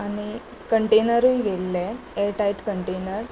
कंटेनरूय घेतिल्ले एरटायट कंटेनर